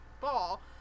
ball